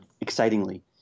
excitingly